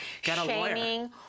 shaming